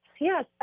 yes